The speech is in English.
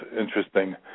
interesting